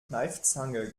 kneifzange